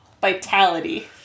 Vitality